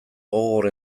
gogor